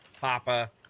papa